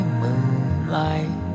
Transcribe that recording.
moonlight